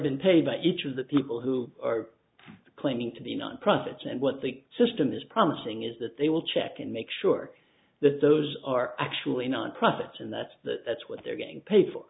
been paid by each of the people who are claiming to be non profits and what the system is promising is that they will check and make sure that those are actually not profits and that's that that's what they're getting paid for